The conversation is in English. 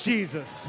Jesus